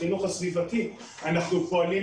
לחינוך סביבתי; אנחנו פועלים